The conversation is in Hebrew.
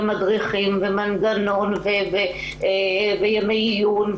מדריכים ומנגנון וימי עיון,